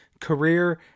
career